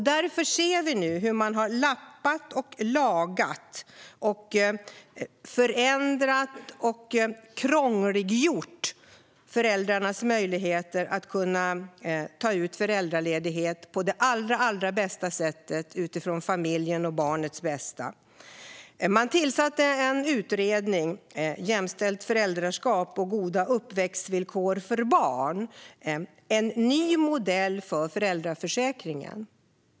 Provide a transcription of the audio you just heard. I stället har man lappat och lagat, förändrat och krångliggjort föräldrarnas möjligheter att ta ut föräldraledighet på det allra bästa sättet utifrån familjens och barnets bästa. Man tillsatte en utredning som lämnade betänkandet Jämställt föräldraskap och goda uppväxtvillkor för barn - en ny modell för föräldraförsäkringen .